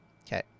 okay